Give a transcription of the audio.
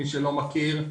מי שלא מכיר,